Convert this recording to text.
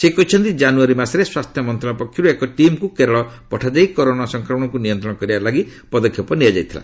ସେ କହିଛନ୍ତି ଜାନୁୟାରୀ ମାସରେ ସ୍ୱାସ୍ଥ୍ୟମନ୍ତ୍ରଣାଳୟ ପକ୍ଷରୁ ଏକ ଟିମ୍କୁ କେରଳ ପଠାଯାଇ କରୋନା ସଂକ୍ରମଣକୁ ନିୟନ୍ତ୍ରଣ କରିବା ପାଇଁ ପଦକ୍ଷେପ ନିଆଯାଇଥିଲା